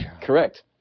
Correct